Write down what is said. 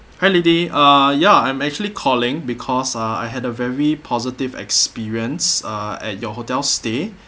hi lily ah ya I'm actually calling because uh I had a very positive experience uh at your hotel stay